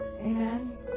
amen